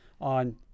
on